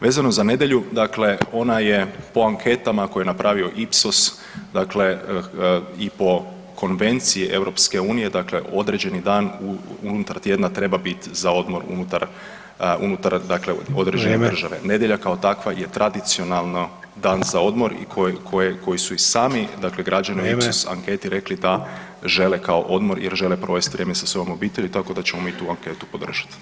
Vezano za nedjelju, dakle ona je po anketama koje je napravio Ipsos, dakle i po Konvenciji EU dakle određeni dan unutar tjedna treba biti za odmor unutar dakle određene države [[Upadica: Vrijeme.]] Nedjelja, kao takva je tradicionalno dan za odmor i koje su i sami dakle građani u [[Upadica: Vrijeme.]] Ipsos anketi rekli da žele kao odmor jer žele provesti vrijeme sa svojom obitelji, tako da ćemo mi tu anketu podržati.